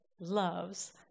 loves